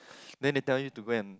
then they tell you to go and